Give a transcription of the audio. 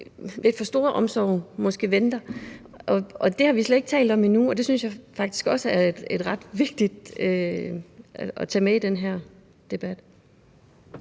lidt for store omsorg måske venter, og det har vi slet ikke talt om endnu, og det synes jeg faktisk også er ret vigtigt at tage med i den her debat.